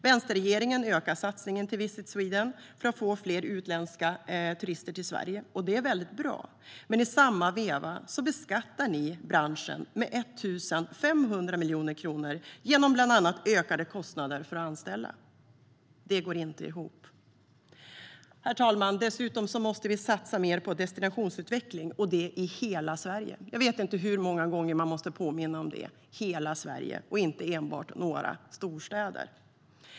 Vänsterregeringen ökar satsningen till Visit Sweden för att få fler utländska turister till Sverige. Det är väldigt bra, men i samma veva beskattar regeringen branschen med 1 500 miljoner kronor genom bland annat ökade kostnader för att anställa. Det går inte ihop. Herr talman! Dessutom måste vi satsa mer på destinationsutveckling i hela Sverige. Jag vet inte hur många gånger man måste påminna om det: hela Sverige, inte enbart några storstäder.